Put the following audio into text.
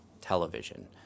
television